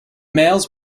mails